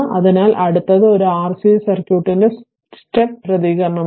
അതിനാൽ അടുത്തത് ഒരു ആർസി സർക്യൂട്ടിന്റെ സ്റ്റെപ്പ് പ്രതികരണമാണ്